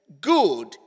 good